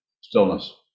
stillness